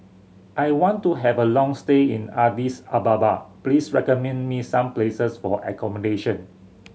I want to have a long stay in Addis Ababa please recommend me some places for accommodation